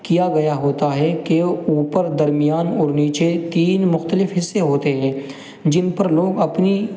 کیا گیا ہوتا ہے کہ اوپر درمیان اور نیچے تین مختلف حصے ہوتے ہیں جن پر لوگ اپنی